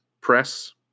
press